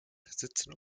sitzen